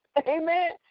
Amen